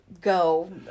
go